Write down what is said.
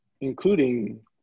including